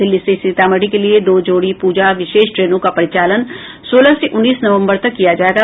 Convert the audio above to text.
दिल्ली से सीतामढ़ी के लिए दो जोड़ी पूजा विशेष ट्रेनों का परिचालन सोलह से उन्नीस नवम्बर तक किया जायेगा